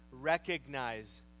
recognize